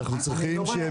אנחנו צריכים שיהיה